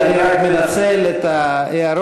אני רק מנצל את ההערות,